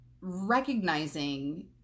recognizing